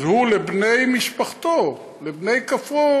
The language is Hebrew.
אז הוא, מבני משפחתו, מבני כפרו